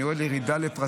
אני רואה את הירידה לפרטים.